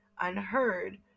unheard